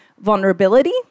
vulnerability